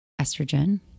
estrogen